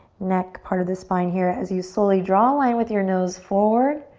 neck, part of the spine here, as you slowly draw a line with your nose forward.